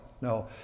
no